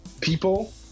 People